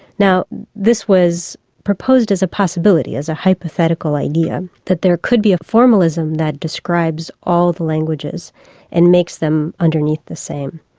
now this was proposed as a possibility, as a hypothetical idea, that there could be a formalism that describes all the languages and makes them underneath the same.